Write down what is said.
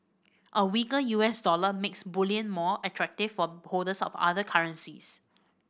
a weaker U S dollar makes bullion more attractive for holders of other currencies